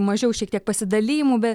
mažiau šiek tiek pasidalijimų be